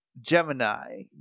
gemini